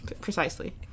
Precisely